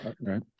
right